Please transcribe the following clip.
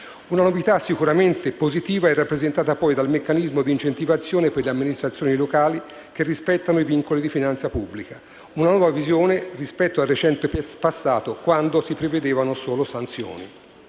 Una novità sicuramente positiva è rappresentata poi dal meccanismo di incentivazione per le amministrazioni locali che rispettano i vincoli di finanza pubblica: una nuova visione rispetto al recente passato, quando si prevedevano solo sanzioni.